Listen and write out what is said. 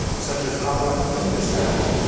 such as how do i keep the sabbath,